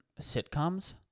sitcoms